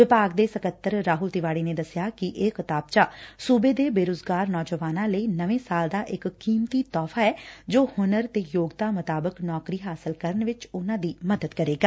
ਵਿਭਾਗ ਦੇ ਸਕੱਤਰ ਰਾਹੁਲ ਤਿਵਾਤੀ ਨੇ ਦਸਿਆ ਕਿ ਇਹ ਕਿਤਾਬਚਾ ਸੁਬੇ ਦੇ ਬੇਰੁਜ਼ਗਾਰ ਨੌਜਵਾਨਾਂ ਲਈ ਨਵੇਂ ਸਾਲ ਦਾ ਇਕ ਕੀਮਤੀ ਤੋਹਫ਼ਾ ਐ ਜੋ ਹੁਨਰ ਤੇ ਯੋਗਤਾ ਮੁਤਾਬਿਕ ਨੌਕਰੀ ਹਾਸਲ ਕਰਨ ਵਿਚ ਉਨੂਾ ਦੀ ਮਦਦ ਕਰੇਗਾ